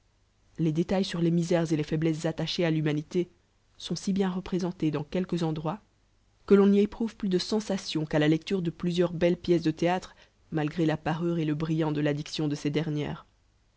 les détails sur les mubl'es et les foiblesges attachées à l'hamanité sont si'bien représentées dans quelques endroits que l'on y éprouve plus de xnsation qu'à la lecture de plusieurs belles picces de théùlre malgré la parure et le brillant de la diction de ces dernièrcs